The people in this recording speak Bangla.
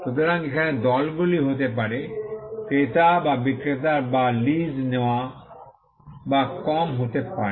সুতরাং এখানে দলগুলি হতে পারে ক্রেতা বা বিক্রেতার বা লিজ নেওয়া বা কম হতে পারে